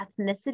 ethnicity